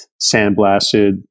sandblasted